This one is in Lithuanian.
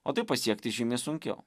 o tai pasiekti žymiai sunkiau